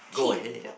go ahead